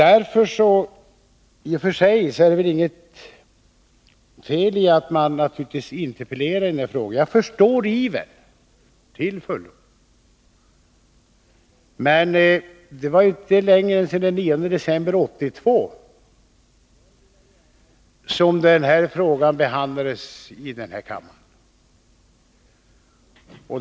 I och för sig är det väl inget fel i att man interpellerar i den här frågan. Jag förstår ivern till fullo, men det var inte längre tillbaka än den 9 december 1982 som den här frågan behandlades i kammaren.